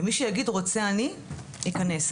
ומי שיגיד רוצה אני, ייכנס.